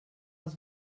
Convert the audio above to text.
els